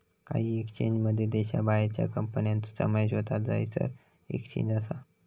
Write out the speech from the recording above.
काही एक्सचेंजमध्ये देशाबाहेरच्या कंपन्यांचो समावेश होता जयसर एक्सचेंज असा